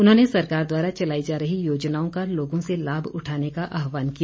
उन्होंने सरकार द्वारा चलाई जा रही योजनाओं का लोगों से लाभ उठाने का आहवान किया